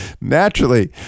Naturally